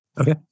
Okay